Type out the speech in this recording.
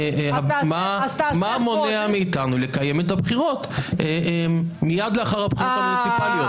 מה מונע מאיתנו לקיים את הבחירות מייד לאחר הבחירות המוניציפליות?